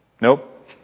Nope